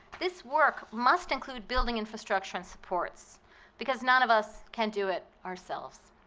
this work must include building infrastructure and supports because none of us can do it ourselves.